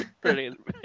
brilliant